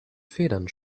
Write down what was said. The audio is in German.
federn